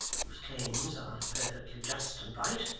whose claims are perfectly just and right,